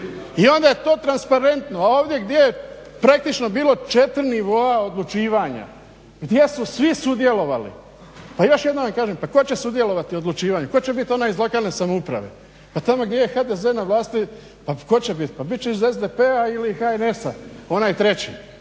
I onda je to transparentno, a ovdje gdje je praktično bilo 4 nivoa odlučivanja, gdje su svi sudjelovali. Pa još jednom vam kažem pa ko će sudjelovati u odlučivanju, tko će biti onaj iz lokalne samouprave. Pa tamo gdje je HDZ na vlasti, pa ko će bit, pa bit će iz SDP-a ili HNS-a onaj treći.